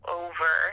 over